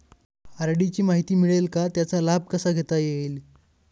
RD ची माहिती मिळेल का, त्याचा लाभ कसा घेता येईल?